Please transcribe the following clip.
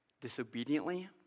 disobediently